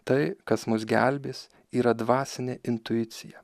tai kas mus gelbės yra dvasinė intuicija